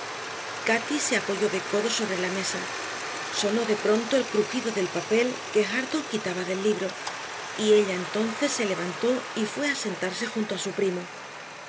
cati se apoyó de codos sobre la mesa sonó de pronto el crujido del papel que hareton quitaba del libro y ella entonces se levantó y fue a sentarse junto a su primo